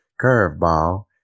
curveball